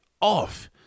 off